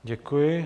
Děkuji.